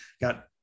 got